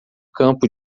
campo